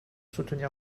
soutenir